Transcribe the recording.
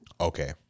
Okay